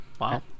Wow